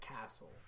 castle